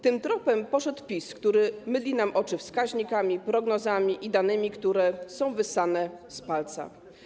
Tym tropem poszedł PiS, który mydli nam oczy wskaźnikami, prognozami i danymi, które są wyssane z palca.